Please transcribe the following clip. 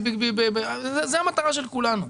זה המטרה של כולנו.